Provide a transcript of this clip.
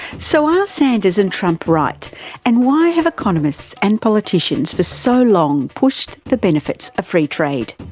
so are sanders and trump right and why have economists and politicians for so long pushed the benefits of free trade?